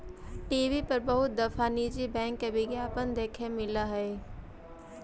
TV पर बहुत दफा निजी बैंक के विज्ञापन देखे मिला हई